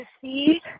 see